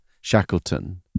Shackleton